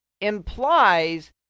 implies